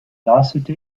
glashütte